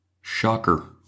Shocker